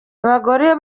abagore